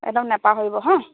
একদম নেপাহৰিব হাঁ